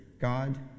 God